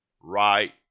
right